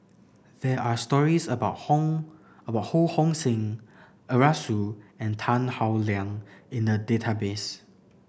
there are stories about Hong about Ho Hong Sing Arasu and Tan Howe Liang in the database